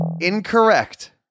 incorrect